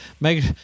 make